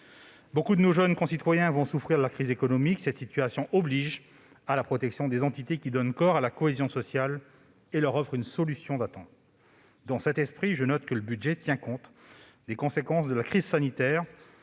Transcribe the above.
Beaucoup de nos jeunes concitoyens vont souffrir de la crise économique. Cette situation oblige à la protection des entités qui donnent corps à la cohésion sociale et leur offrent une solution d'attente. Dans cet esprit, je note que le budget tient compte des conséquences de la crise sanitaire